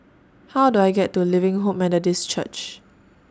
How Do I get to Living Hope Methodist Church